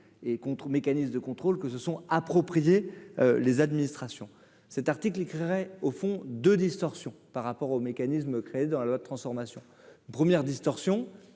mécanismes de contrôle que se sont appropriés les administrations cet article au fond de distorsion par rapport au mécanisme dans la loi de transformation premières distorsions